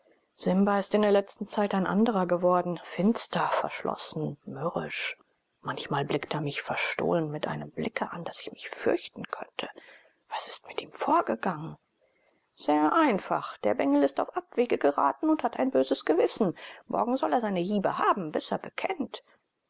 simba ist in der letzten zeit ein andrer geworden finster verschlossen mürrisch manchmal blickt er mich verstohlen mit einem blicke an daß ich mich fürchten könnte was ist mit ihm vorgegangen sehr einfach der bengel ist auf abwege geraten und hat ein böses gewissen morgen soll er seine hiebe haben bis er bekennt